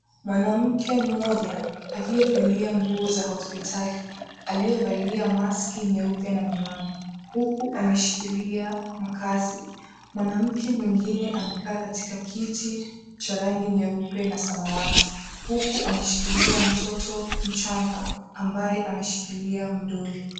Mwanamke mmoja aliyevalia nguo za hospitali, aliyevalia maski na miwani huku ameshikilia mkasi. Mwanamke mwengine amekaa katika kiti cha ramgi nyeupe na samawati huku ameshikilia mtoto mchanga ambaye ameshikilia mdoli.